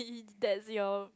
is that's your